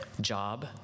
job